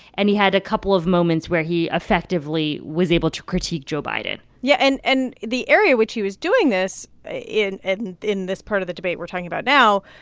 and he had a couple of moments where he effectively was able to critique joe biden yeah, and and the area which he was doing this, in in this part of the debate we're talking about now,